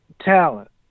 talent